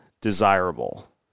desirable